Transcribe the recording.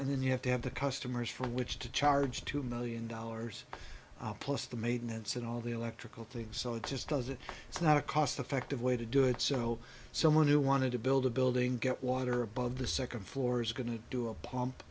and then you have to have the customers from which to charge two million dollars plus the maiden aunts and all the electrical things so it just doesn't it's not a cost effective way to do it so someone who wanted to build a building get water above the second floor is going to do a pomp